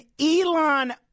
Elon